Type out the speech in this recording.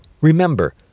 Remember